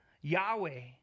Yahweh